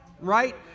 Right